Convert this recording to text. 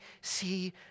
see